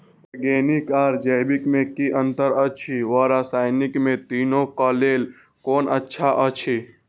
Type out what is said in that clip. Organic आर जैविक में कि अंतर अछि व रसायनिक में तीनो क लेल कोन अच्छा अछि?